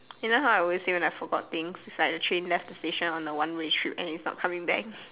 you know how I always say when I forgot things it's like the train left the station on a one way trip and is not coming back